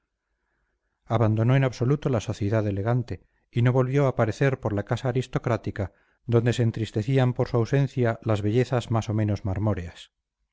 abandonó en absoluto la sociedad elegante y no volvió a parecer por la casa aristocrática donde se entristecían por su ausencia las bellezas más o menos